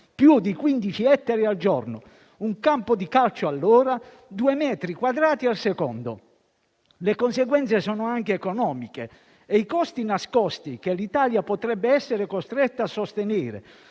più di 15 ettari al giorno, un campo di calcio all'ora, due metri quadrati al secondo. Le conseguenze sono anche economiche, e i costi nascosti che l'Italia potrebbe essere costretta a sostenere